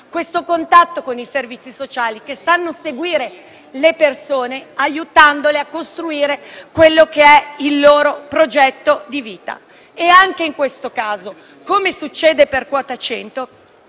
il contatto con i servizi sociali che sanno seguire le persone, aiutandole a costruire il loro progetto di vita. Anche in questo caso, come succede per quota 100,